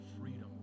freedom